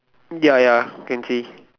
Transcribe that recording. ya ya can see